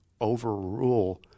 overrule